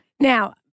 Now